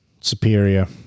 Superior